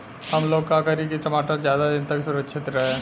हमलोग का करी की टमाटर ज्यादा दिन तक सुरक्षित रही?